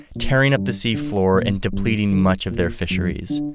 tearing up the seafloor and depleting much of their fisheries.